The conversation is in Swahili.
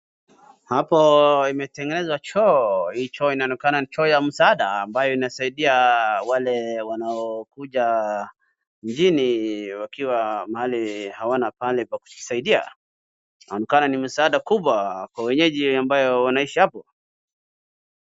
Hapo imetengezwa choo, hii choo inaonekana ni choo ya msaada ambao inasaidia wale wanaokuja mijini wakiwa mahali hawana pahali pa kujisaidia. Inaonekana ni msaada kubwa kwa wenyeji ambao wanaishi hapo.